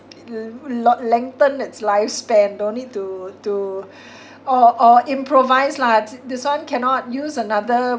l~ len~ lengthen its lifespan don't need to to or or improvise lah this one cannot use another